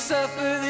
Suffer